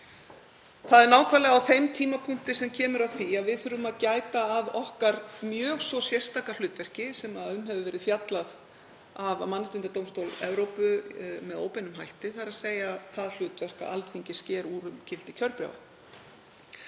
Það er nákvæmlega á þeim tímapunkti sem kemur að því að við þurfum að gæta að okkar mjög svo sérstaka hlutverki sem um hefur verið fjallað af Mannréttindadómstól Evrópu með óbeinum hætti, þ.e. það hlutverk að Alþingi sker úr um gildi kjörbréfa.